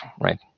right